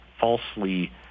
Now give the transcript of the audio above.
falsely